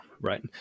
right